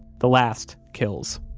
the last kills.